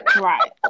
right